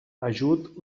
ajut